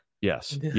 Yes